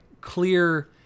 clear